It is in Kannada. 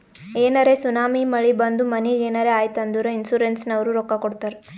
ಏನರೇ ಸುನಾಮಿ, ಮಳಿ ಬಂದು ಮನಿಗ್ ಏನರೇ ಆಯ್ತ್ ಅಂದುರ್ ಇನ್ಸೂರೆನ್ಸನವ್ರು ರೊಕ್ಕಾ ಕೊಡ್ತಾರ್